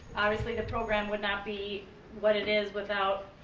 obviously the program would not be what it is without,